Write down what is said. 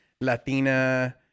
Latina